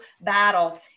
battle